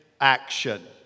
action